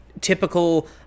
typical